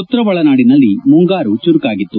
ಉತ್ತರ ಒಳನಾಡಿನಲ್ಲಿ ಮುಂಗಾರು ಚುರುಕಾಗಿತ್ತು